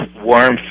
warmth